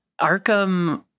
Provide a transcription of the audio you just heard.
Arkham